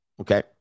Okay